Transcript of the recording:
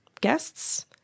Guests